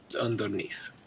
underneath